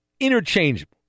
Interchangeable